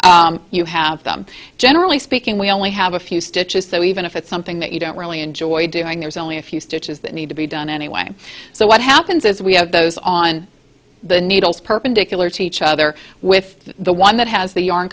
socks you have them generally speaking we only have a few stitches though even if it's something that you don't really enjoy doing there's only a few stitches that need to be done anyway so what happens is we have those on the needles perpendicular to each other with the one that has the yarn